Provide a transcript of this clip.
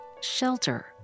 shelter